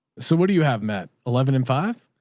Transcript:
so what do you have? matt? eleven and five.